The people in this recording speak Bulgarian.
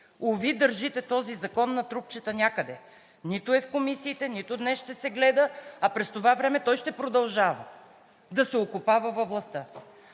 Уви, държите този закон на трупчета някъде – нито е в комисиите, нито днес ще се гледа, а през това време той ще продължава да се окопава във властта.